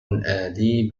آلي